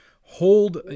hold